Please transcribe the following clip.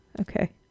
Okay